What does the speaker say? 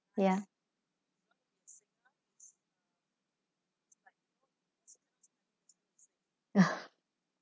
yeah